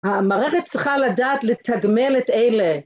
המערכת צריכה לדעת לתגמל את אלה